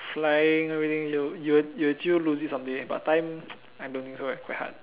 flying everything you you you sure lose it someday but time I don't know also very hard